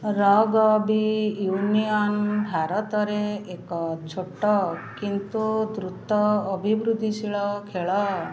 rugby union ଭାରତରେ ଏକ ଛୋଟ କିନ୍ତୁ ଦ୍ରୁତ ଅଭିବୃଦ୍ଧିଶୀଳ ଖେଳ